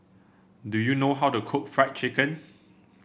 do you know how to cook Fried Chicken